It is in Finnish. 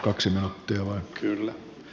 olkaa hyvä